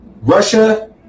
Russia